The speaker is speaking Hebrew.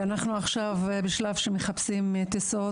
אנחנו עכשיו בשלב שמחפשים טיסות.